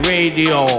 Radio